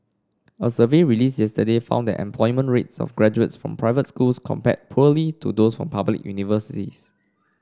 a survey released yesterday found that employment rates of graduates from private schools compared poorly to those from public universities